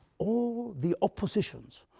all the oppositions,